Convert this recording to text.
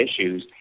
issues